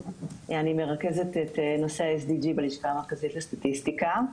אני מרכזת את נושא ה-SDG בלשכה המרכזית לסטטיסטיקה.